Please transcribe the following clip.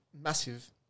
massive